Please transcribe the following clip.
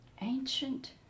Ancient